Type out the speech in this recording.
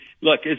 Look